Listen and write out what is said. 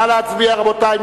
נא להצביע, רבותי.